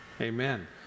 Amen